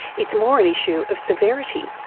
it's more an issue of severity.